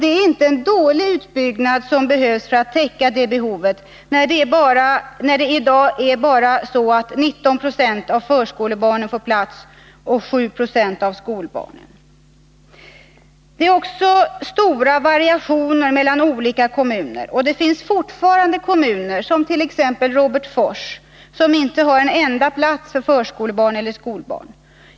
Det är inte en dålig utbyggnad som behövs för att täcka det behovet. Eftersom i dag bara 19 20 av förskolebarnen får plats och 7 20 av skolbarnen. Det är också stora variationer mellan olika kommuner, och det finns fortfarande kommuner, t.ex. Robertsfors, som inte har en enda plats för förskolebarn eller skolbarn.